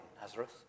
Nazareth